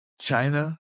China